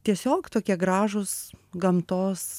tiesiog tokie gražūs gamtos